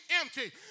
empty